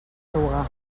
ruga